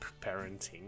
parenting